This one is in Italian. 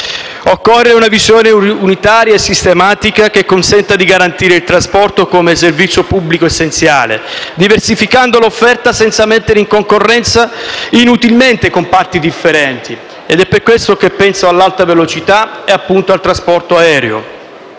Occorre una visione unitaria e sistematica che consenta di garantire il trasporto come servizio pubblico essenziale, diversificando l'offerta senza mettere in concorrenza inutilmente comparti differenti: penso all'Alta velocità ed al trasporto aereo,